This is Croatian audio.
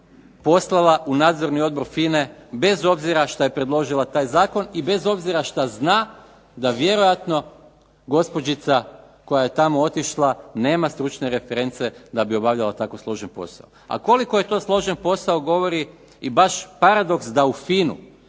poslala u Nadzorni odbor FINA-e bez obzira što je predložila taj zakon i vjerojatno gospođica koja je tamo otišla nema stručne reference da bi obavljala tako složen posao. A koliko je to složen posao govori i baš paradoks da u FINA-u